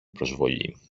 προσβολή